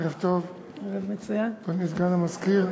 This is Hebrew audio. ערב טוב, אדוני סגן המזכיר,